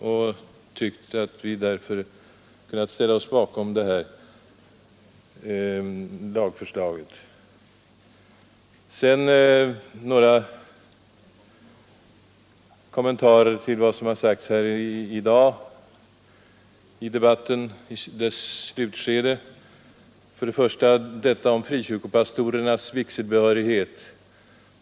Vi har bl.a. därför ansett att vi kunde ställa oss bakom det här lagförslaget. Sedan några kommentarer till vad som har sagts här i dag i debattens slutskede och då först angående frikyrkopastorernas vigselbehörighet.